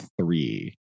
three